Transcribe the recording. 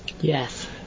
Yes